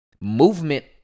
movement